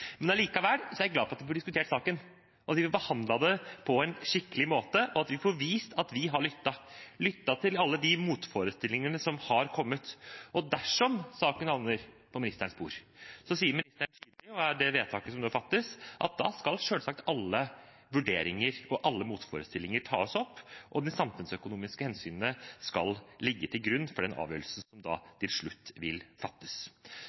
at vi får behandlet dette på en skikkelig måte, og at vi får vist at vi har lyttet, lyttet til alle de motforestillingene som har kommet. Og dersom saken havner på ministerens bord, sier ministeren tydelig – og det er i tråd med det vedtaket som nå skal fattes – at da skal selvsagt alle vurderinger og alle motforestillinger tas opp, og de samfunnsøkonomiske hensynene skal ligge til grunn for den avgjørelsen som til slutt vil fattes.